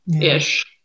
ish